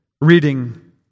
reading